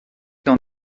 dans